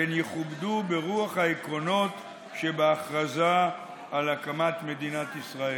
והן יכובדו ברוח העקרונות שבהכרזה על הקמת מדינת ישראל".